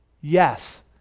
Yes